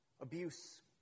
Abuse